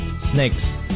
Snakes